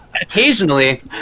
occasionally